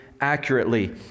accurately